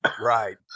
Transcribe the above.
Right